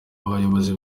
bayobozi